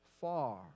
far